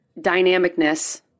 dynamicness